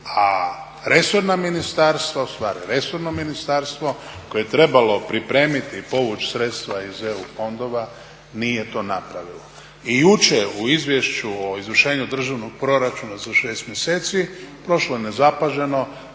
resorno ministarstvu koje je trebalo pripremiti i povući sredstva iz EU fondova nije to napravilo. I jučer u izvješću o izvršenju državnog proračuna za 6 mjeseci prošlo je nezapaženo